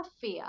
fear